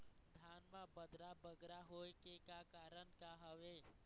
धान म बदरा बगरा होय के का कारण का हवए?